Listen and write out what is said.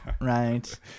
right